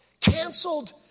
Canceled